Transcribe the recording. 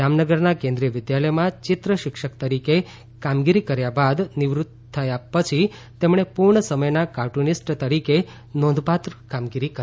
જામનગરના કેન્દ્રિય વિદ્યાલયમાં ચિત્ર શિક્ષક તરીકે કામગીરી કર્યા બાદ નિવૃત્ત થયા પછી તેમણે પૂર્ણ સમયના કાર્ટૂનિસ્ટ તરીકે નોંધપાત્ર કામગીરી કરી